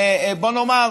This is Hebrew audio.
בואו נאמר,